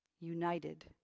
United